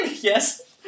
Yes